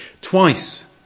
Twice